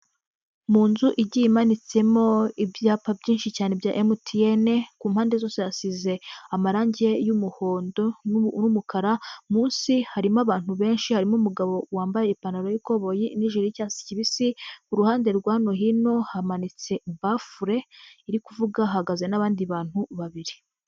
Mu nzu igiye imanitsemo ibyapa byinshi cyane bya MTN, ku mpande zose hasize amarange y'umuhondo n'umukara, munsi harimo abantu benshi, harimo umugabo wambaye ipantaro y'ikoboyi n'ijiri y'icyatsi kibisi, ku ruhande rwa hano hino hamanitse bafure iri kuvuga, hahagaze n'abandi bantu babiri.